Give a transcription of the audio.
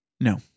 No